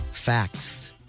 Facts